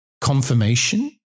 confirmation